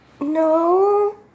No